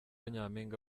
nyampinga